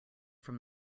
from